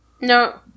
No